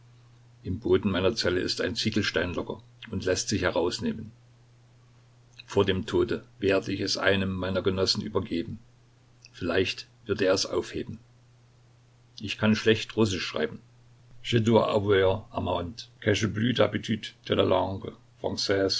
im boden meiner zelle ist ein ziegelstein locker und läßt sich herausnehmen vor dem tode werde ich es einem meiner genossen übergeben vielleicht wird er es aufheben ich kann schlecht russisch schreiben